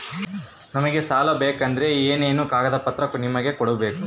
ನಮಗೆ ಸಾಲ ಬೇಕಂದ್ರೆ ಏನೇನು ಕಾಗದ ಪತ್ರ ನಿಮಗೆ ಕೊಡ್ಬೇಕು?